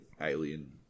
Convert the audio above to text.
alien